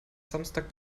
samstag